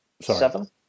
seven